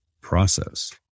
process